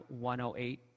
108